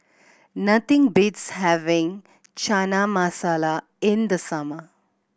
nothing beats having Chana Masala in the summer